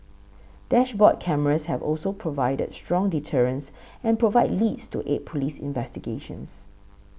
dashboard cameras have also provided strong deterrence and provided leads to aid police investigations